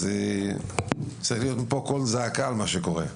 אז צריך להיות פה קול זעקה מה שקורה.